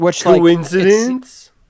Coincidence